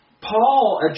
Paul